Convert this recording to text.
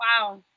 Wow